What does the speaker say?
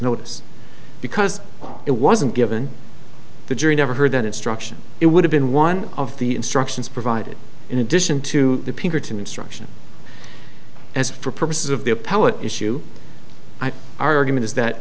notice because it wasn't given the jury never heard that instruction it would have been one of the instructions provided in addition to the peter to instruction as for purposes of the appellate issue argument is that